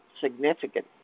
significant